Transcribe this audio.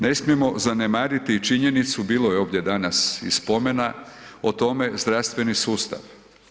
Ne smijemo zanemariti i činjenicu, bilo je ovdje danas i spomena o tome, zdravstveni sustav.